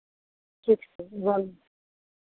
ठीक छै बोलू